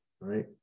right